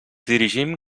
dirigim